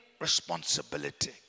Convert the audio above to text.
responsibility